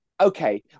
Okay